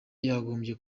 yagombye